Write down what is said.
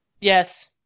Yes